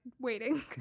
waiting